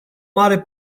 mare